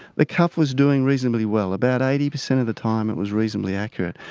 the cuff was doing reasonably well. about eighty percent of the time it was reasonably accurate.